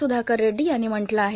सुधाकर रेड्डी यांनी म्हटलं आहे